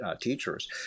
teachers